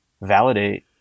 validate